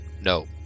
No